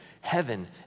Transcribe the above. heaven